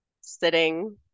sitting